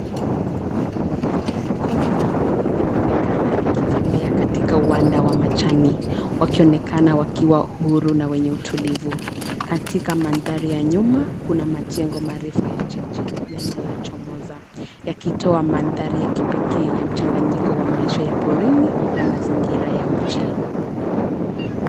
Kundi la mbuni limeonekana likitembea katika uwanda wa majani, wakionekana wakiwa huru na wenye utulivu. Katika mandhari ya nyuma, kuna majengo marefu ya jiji yanayochomoza yakitoa mandhari ya kipekee ya maisha ya mchanganyiko wa maisha ya porini na mazingira ya mji.